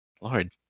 Lord